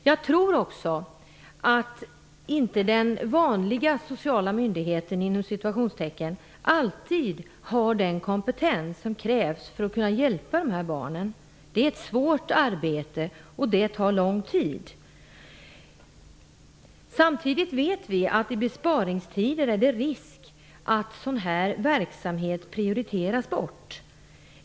Jag tror inte att den vanliga ''sociala myndigheten'' alltid har den kompetens som krävs för att kunna hjälpa de här barnen. Det är ett svårt arbete som tar lång tid. Samtidigt vet vi att det finns risk för att den här verksamheten prioriteras bort i besparingstider.